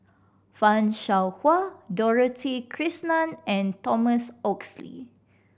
Fan Shao Hua Dorothy Krishnan and Thomas Oxley